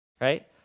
right